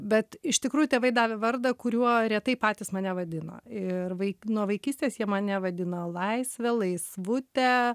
bet iš tikrųjų tėvai davė vardą kuriuo retai patys mane vadino ir vaik nuo vaikystės jie mane vadino laisvė laisvutė